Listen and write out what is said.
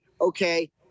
Okay